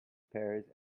pears